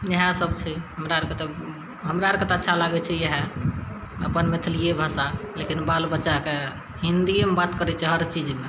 इएहे सभ छै हमरा आरके तऽ हमरा आरके तऽ अच्छा लागय छै इएहे अपन मैथिलिये भाषा लेकिन बाल बच्चाके हिन्दियेमे बात करय छै हरचीजमे